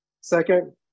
Second